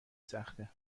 سخته